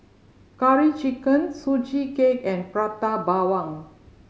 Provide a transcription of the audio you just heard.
Curry Chicken Sugee Cake and Prata Bawang